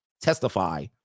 testify